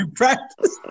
practice